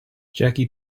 jackie